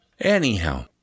Anyhow